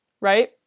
right